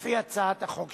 לפי הצעת החוק שבנדון.